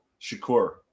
Shakur